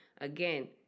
Again